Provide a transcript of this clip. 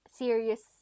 serious